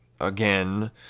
again